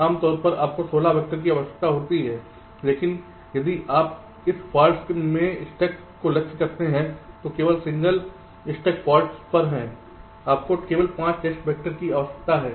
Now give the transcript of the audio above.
आम तौर पर आपको 16 वैक्टर की आवश्यकता होती है लेकिन यदि आप इस फॉल्ट्स में स्टक को लक्ष्य करते हैं तो केवल सिंगल स्टक फॉल्ट्स पर हैं आपको केवल 5 टेस्ट वेक्टर की आवश्यकता है